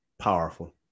Powerful